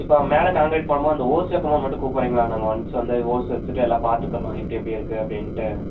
இப்போ மேலே காங்கரெட் போடுமோது அந்த ஓஸ் சேர்க்கும்மோது மட்டும் கூப்பிறீங்களா நாங்கள் ஒன்ஸ் வந்து ஓஸு வச்சுட்டு எல்லா பார்த்துக்கறோம் எப்படி எப்படி இருக்கு அப்படின்ட்டு